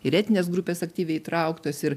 ir etnines grupės aktyviai įtrauktos ir